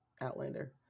Outlander